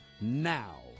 now